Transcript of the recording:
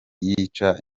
yica